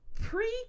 pre